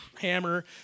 hammer